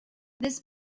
this